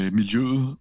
miljøet